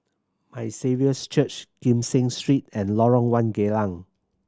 My Saviour's Church Kee Seng Street and Lorong One Geylang